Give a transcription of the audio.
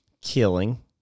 killing